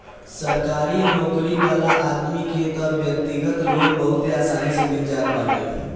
सरकारी नोकरी वाला आदमी के तअ व्यक्तिगत लोन बहुते आसानी से मिल जात बाटे